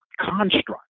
construct